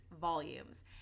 volumes